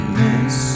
miss